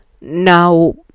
now